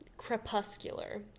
Crepuscular